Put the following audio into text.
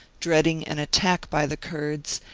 dreading an attack by the kurds,